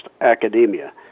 academia